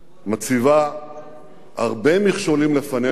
מציבה הרבה מכשולים לפנינו,